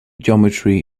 geometry